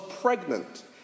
pregnant